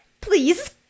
Please